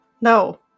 no